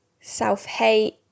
self-hate